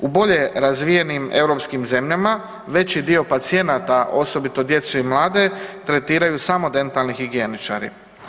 U bolje razvijenim europskim zemljama, veći dio pacijenata, osobito djecu i mlade, tretiraju samo dentalni higijeničari.